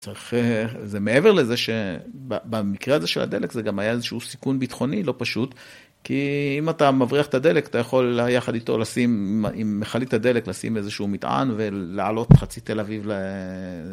צריך... זה מעבר לזה שבמקרה הזה של הדלק, זה גם היה איזה שהוא סיכון ביטחוני לא פשוט, כי אם אתה מבריח את הדלק, אתה יכול יחד איתו לשים, עם מכלית הדלק, לשים איזשהו מטען ולהעלות חצי תל אביב ל...